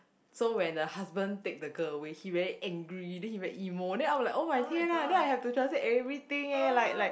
so when the husband take the girl away he very angry then he very emo then I'm like [oh]-my- 天 ah then I have to translate everything eh like like